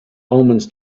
omens